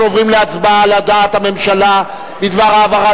אנחנו עוברים להצבעה על הודעת הממשלה בדבר העברת